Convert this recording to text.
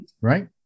right